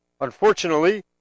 Unfortunately